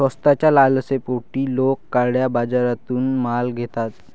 स्वस्ताच्या लालसेपोटी लोक काळ्या बाजारातून माल घेतात